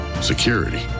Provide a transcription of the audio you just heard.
security